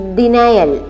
denial